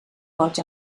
boig